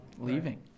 leaving